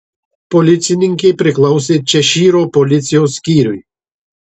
policininkė priklausė češyro policijos skyriui